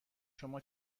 شما